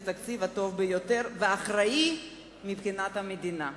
התקציב הטוב ביותר והאחראי מבחינת המדינה.